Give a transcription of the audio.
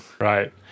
Right